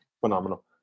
phenomenal